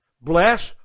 Bless